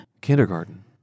Kindergarten